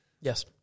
Yes